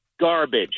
garbage